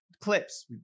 clips